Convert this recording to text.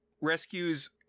rescues